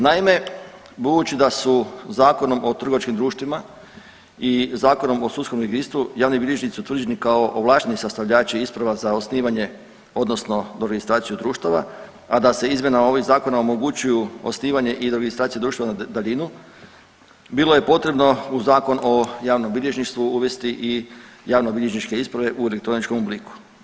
Naime, budući da su Zakonom o trgovačkim društvima i Zakonom o sudskom registru javni bilježnici utvrđeni kao ovlašteni sastavljači isprava za osnivanje, odnosno doregistraciju društava, a da se izmjenama ovih zakona omogućuju osnivanje i doregistracija društva na daljinu bilo je potrebno u Zakon o javnom bilježništvu uvesti i javnobilježničke isprave u elektroničkom obliku.